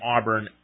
Auburn